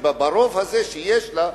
ברוב הזה שיש לה,